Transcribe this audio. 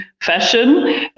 fashion